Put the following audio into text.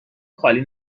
خالی